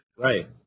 Right